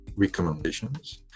recommendations